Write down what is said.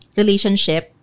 relationship